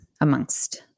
amongst